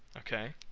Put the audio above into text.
okay,